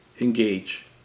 engage